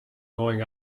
going